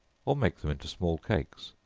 or make them into small cakes,